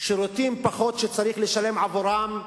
פחות שירותים, שצריך לשלם עבורם.